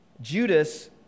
Judas